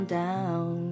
down